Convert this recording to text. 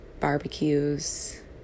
barbecues